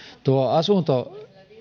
tuo asunto